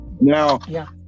Now